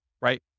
right